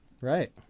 Right